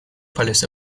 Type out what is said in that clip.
police